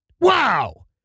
Wow